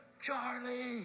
Charlie